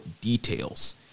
details